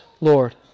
Lord